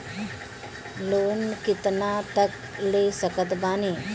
Loan कितना तक ले सकत बानी?